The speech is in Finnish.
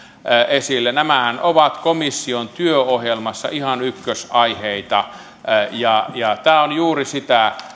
esille nämähän ovat komission työohjelmassa ihan ykkösaiheita tämä on juuri sitä